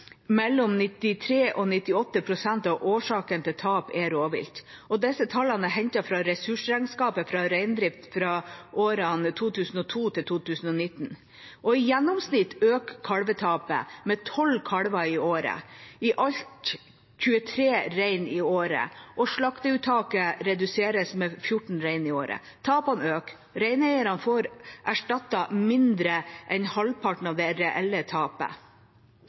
mellom 93 og 98 pst. av årsakene til tap er rovvilt. Disse tallene er hentet fra Ressursregnskap for reindriftsnæringen for årene 2002–2019. I gjennomsnitt øker kalvetapet med 12 kalver i året, i alt 23 rein i året, og slakteuttaket reduseres med 14 rein i året. Tapene øker, og reineierne får erstattet mindre enn halvparten av det reelle tapet.